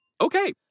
Okay